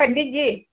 पंडीतजी